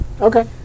Okay